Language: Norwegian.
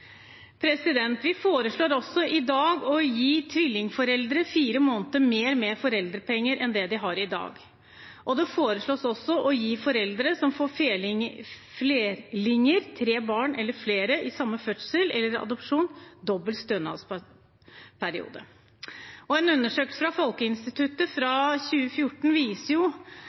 Vi foreslår i dag å gi tvillingforeldre fire måneder mer med foreldrepenger enn det de har i dag, og det foreslås også å gi foreldre som får flerlinger – tre barn eller flere i samme fødsel, eller gjennom adopsjon – dobbel stønadsperiode. En undersøkelse fra Folkehelseinstituttet fra 2014 viser